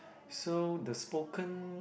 so the spoken